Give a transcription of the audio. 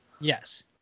Yes